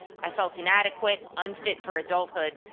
i felt inadequate, unfit for adulthood,